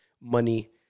money